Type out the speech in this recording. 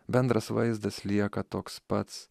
bendras vaizdas lieka toks pats